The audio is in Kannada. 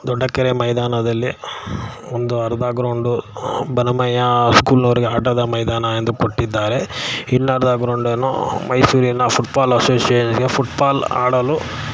ದೊಡ್ಡ ಕೆರೆ ಮೈದಾನದಲ್ಲಿ ಒಂದು ಅರ್ಧ ಗ್ರೌಂಡು ಬನಮ್ಮಯ್ಯಾ ಸ್ಕೂಲಿನವರಿಗೆ ಆಟದ ಮೈದಾನ ಎಂದು ಕೊಟ್ಟಿದ್ದಾರೆ ಇನ್ನು ಅರ್ಧ ಗ್ರೌಂಡನ್ನು ಮೈಸೂರಿನ ಫುಟ್ಬಾಲ್ ಅಸೋಸಿ ಫುಟ್ಬಾಲ್ ಆಡಲು